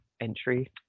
entry